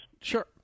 Sure